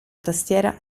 tastiera